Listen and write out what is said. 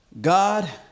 God